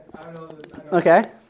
Okay